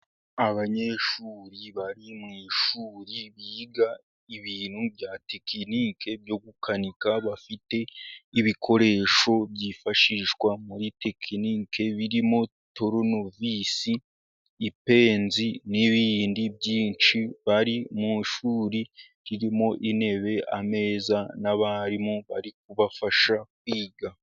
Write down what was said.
Abanyeshuri bari mu ishuri biga ibintu bya tekiniki byo gukanika bafite ibikoresho byifashishwa muri tekiniki birimo torunovisi, ipensi n'ibindi byinshi bari mu ishuri ririmo intebe, ameza n'abarimu bari kubafasha kwiga.